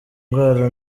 ndwara